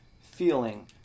feeling